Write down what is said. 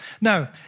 Now